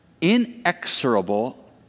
inexorable